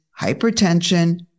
hypertension